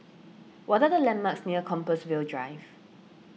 what are the landmarks near Compassvale Drive